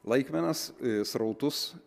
laikmenas srautus